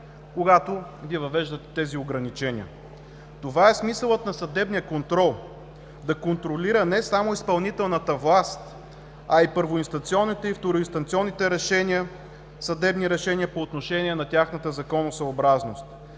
когато ги въвеждате тези ограничения? Това е смисълът на съдебния контрол – да контролира не само изпълнителната власт, а и първоинстанционните и второинстанционните съдебни решения по отношение на тяхната законосъобразност.